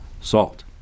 salt